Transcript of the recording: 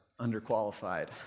underqualified